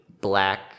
Black